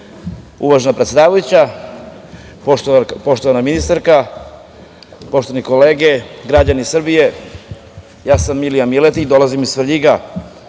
uvažena predsedavajuća. Poštovana ministarka, poštovane kolege, građani Srbije, ja sam Milija Miletić, dolazim iz Svrljiga,